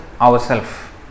ourself